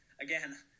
again